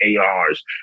ARs